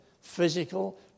physical